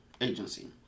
agency